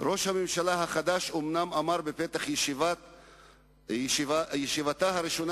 ראש הממשלה החדש אומנם אמר בפתח ישיבתה הראשונה